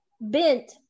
bent